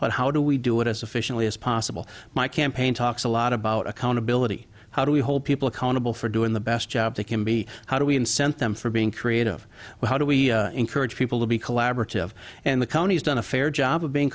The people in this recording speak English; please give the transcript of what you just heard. but how do we do it as efficiently as possible my campaign talks a lot about accountability how do we hold people accountable for doing the best job they can be how do we in sent them for being creative well how do we encourage people to be collaborative and the county has done a fair job of being